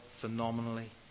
phenomenally